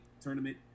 tournament